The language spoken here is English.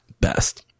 best